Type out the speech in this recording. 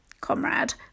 comrade